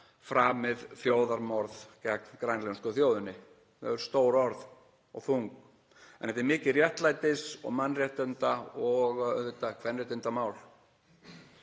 framið þjóðarmorð gegn grænlensku þjóðinni. Það eru stór orð og þung en þetta er mikið réttlætis- og mannréttinda- og auðvitað kvenréttindamál.